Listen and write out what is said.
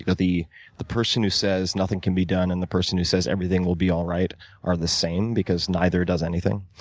but the the person who says nothing can be done and the person who says everything will be all right are the same because neither does anything.